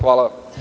Hvala.